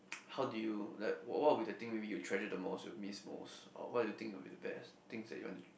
how do you like what what will be the thing maybe treasure the most or miss most or what do you thing will be the best things that you want to